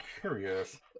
curious